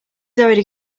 already